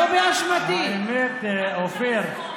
אופיר,